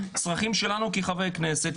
הצרכים שלנו כחברי כנסת,